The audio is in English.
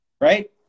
Right